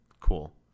cool